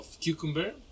cucumber